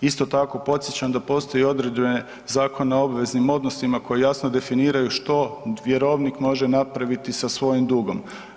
Isto tako podsjećam da postoji i određene Zakon o obveznim odnosima koji jasno definiraju što vjerovnik može napraviti sa svojim dugom.